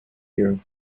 you